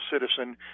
citizen